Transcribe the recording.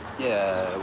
yeah,